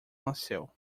nasceu